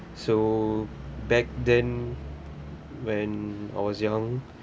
so back then when I was young